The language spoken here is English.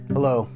Hello